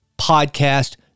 podcast